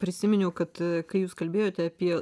prisiminiau kad kai jūs kalbėjote apie